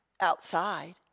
outside